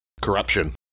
Corruption